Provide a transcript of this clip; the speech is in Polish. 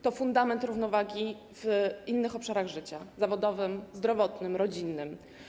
To fundament równowagi w innych obszarach życia: zawodowym, zdrowotnym, rodzinnym.